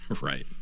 Right